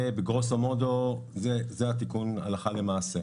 זה בגרוסו מודו התיקון הלכה למעשה.